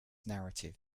narrative